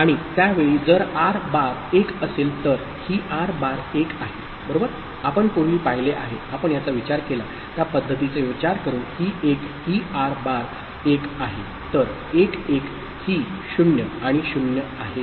आणि त्या वेळी जर आर बार 1 असेल तर ही आर बार 1 आहे बरोबर आपण पूर्वी पाहिले आहे आपण याचा विचार केला त्या पद्धतीचा विचार करून ही 1 ही आर बार 1 आहे तर 1 1 ही 0 आणि 0 आहे